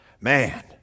Man